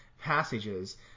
passages